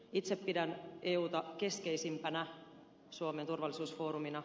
itse pidän euta keskeisimpänä suomen turvallisuusfoorumina